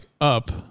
up